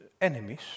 Enemies